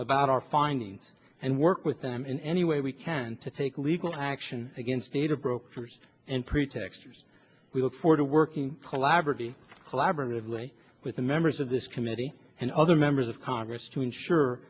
about our findings and work with them in any way we can to take legal action against either brokers and pretexts we look forward to working collaboratively collaboratively with the members of this committee and other members of congress to ensure